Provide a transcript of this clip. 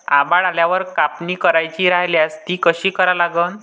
आभाळ आल्यावर कापनी करायची राह्यल्यास ती कशी करा लागन?